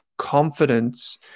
confidence